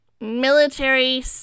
military